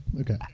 okay